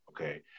okay